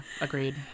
agreed